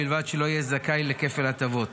ובלבד שלא יהיה זכאי לכפל הטבות.